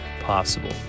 possible